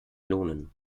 lohnen